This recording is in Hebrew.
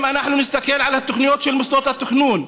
אם אנחנו נסתכל על התוכניות של מוסדות התכנון,